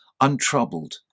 untroubled